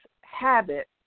habit